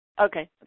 Okay